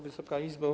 Wysoka Izbo!